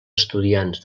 estudiants